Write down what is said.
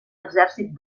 exèrcit